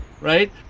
right